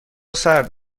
سرد